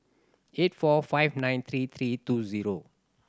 eight four five nine three three two zero